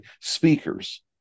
Speakers